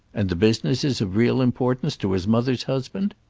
and the business is of real importance to his mother's husband?